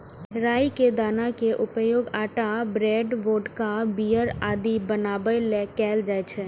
राइ के दाना के उपयोग आटा, ब्रेड, वोदका, बीयर आदि बनाबै लेल कैल जाइ छै